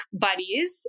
buddies